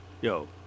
yo